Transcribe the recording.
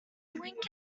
wink